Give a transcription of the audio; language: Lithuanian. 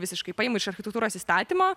visiškai paimu iš architektūros įstatymo